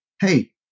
hey